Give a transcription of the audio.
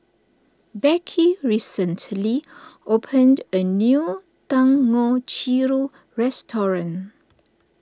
Beckie recently opened a new Dangojiru restaurant